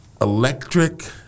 electric